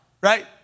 right